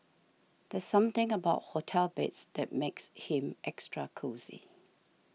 there's something about hotel beds that makes him extra cosy